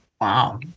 wow